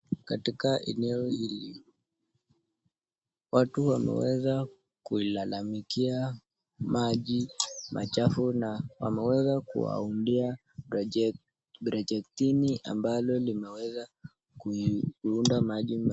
Katika eneo hili watu wameweza kulalamikia maji machafu na wameweza kuwambia brojectini ambalo limeweza kuunda maji.